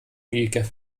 mielke